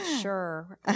sure